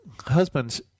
husbands